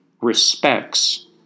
respects